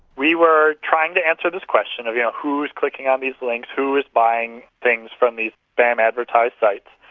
we were trying to answer this question of yeah who is clicking on these links, who is buying things from these spam advertised sites,